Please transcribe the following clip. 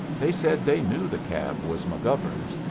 they said they knew the cab was mcgovern's,